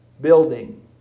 building